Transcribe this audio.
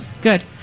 Good